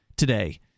today